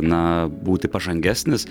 na būti pažangesnis